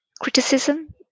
criticism